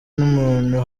n’umuntu